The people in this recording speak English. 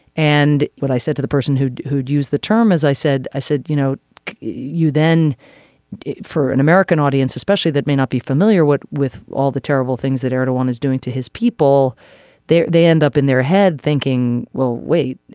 and what i said to the person who who'd used the term as i said i said you know you then for an american audience especially that may not be familiar what with all the terrible things that erdogan is doing to his people they end up in their head thinking well wait.